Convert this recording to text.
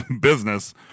business